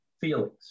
feelings